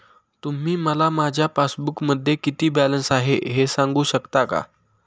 तुम्ही मला माझ्या पासबूकमध्ये किती बॅलन्स आहे हे सांगू शकता का?